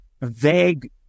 vague